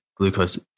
glucose